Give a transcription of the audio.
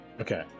Okay